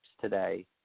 today